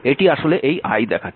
এটি আসলে এই i দেখাচ্ছে